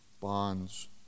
bonds